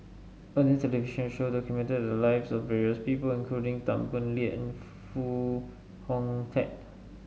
television show documented the lives of various people including Tan Boo Liat and Foo Hong Tatt